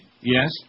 Yes